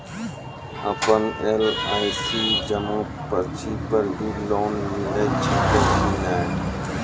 आपन एल.आई.सी जमा पर्ची पर भी लोन मिलै छै कि नै?